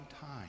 time